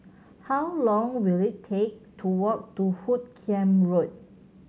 how long will it take to walk to Hoot Kiam Road